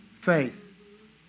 faith